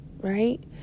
right